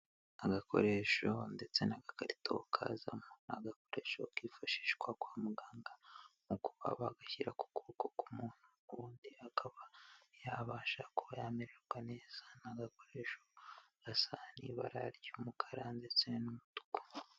Agakoresho ndetse n'agakarito kazamo agakoresho kifashishwa kwa muganga mu kuba bagashyira ku kuboko k'umuntu, ubundi akaba yabasha kuba yamererwa neza. Ni agakoresho gasa n'ibara ry'umukara ndetse n'umutuku.